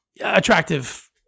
attractive